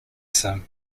sim